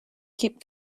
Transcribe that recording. keep